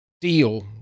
deal